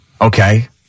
Okay